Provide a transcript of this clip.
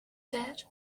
that